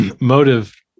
motive